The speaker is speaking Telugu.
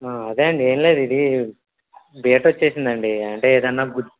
అదే అండి ఏమి లేదు ఇది డేట్ వచ్చిందండి అంటే ఏదన్న గు